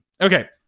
Okay